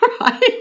right